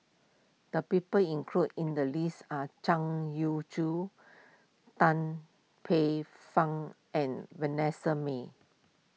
the people included in the list are Zhang Youshuo Tan Paey Fern and Vanessa Mae